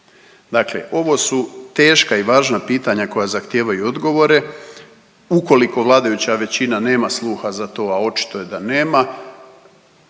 Dakle, ovo su teška i važna pitanja koja zahtijevaju odgovore. Ukoliko vladajuća većina nema sluha za to, a očito je da nema,